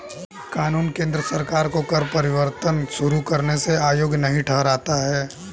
कानून केंद्र सरकार को कर परिवर्तन शुरू करने से अयोग्य नहीं ठहराता है